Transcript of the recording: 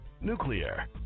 nuclear